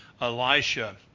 Elisha